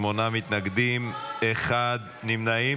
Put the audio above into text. שמונה מתנגדים, נמנע אחד.